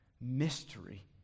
mystery